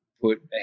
put